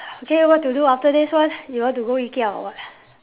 okay what to do after this one you want to go Ikea or what